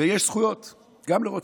ויש זכויות גם לרוצח.